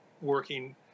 working